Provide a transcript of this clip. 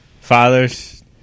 Fathers